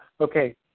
okay